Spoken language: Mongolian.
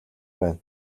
байна